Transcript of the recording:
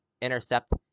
intercept